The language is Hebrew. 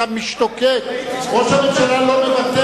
אתה משתוקק, ראש הממשלה לא מוותר